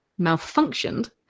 malfunctioned